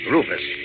Rufus